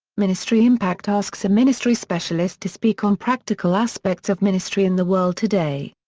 ministry impact asks a ministry specialist to speak on practical aspects of ministry in the world today.